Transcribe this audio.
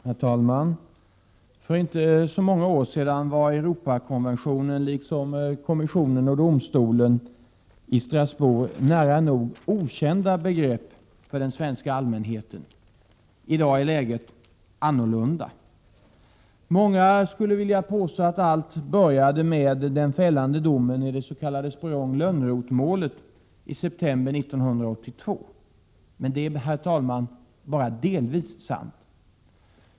Herr talman! För inte så många år sedan var Europakonventionen liksom kommissionen och domstolen i Strasbourg nära nog okända begrepp för den svenska allmänheten. I dag är läget annorlunda. Många skulle vilja påstå att allt började med den fällande domen i dets.k. Sporrong-Lönnroth-målet i september 1982. Men det är, herr talman, bara delvis sant.